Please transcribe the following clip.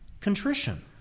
contrition